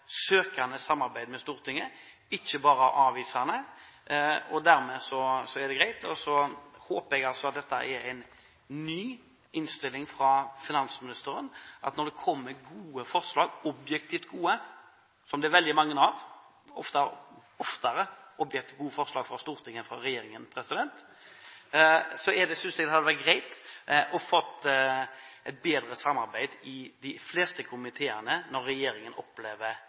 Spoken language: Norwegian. søkende samarbeid med Stortinget – ikke bare avvisende. Dermed er det greit. Jeg håper det er en ny innstilling fra finansministeren, at når det kommer gode forslag – objektivt gode, som det er veldig mange av, ofte er det bedre forslag fra Stortinget enn fra regjeringen – så synes jeg det hadde vært greit å få et bedre samarbeid i de fleste komiteene, når regjeringen opplever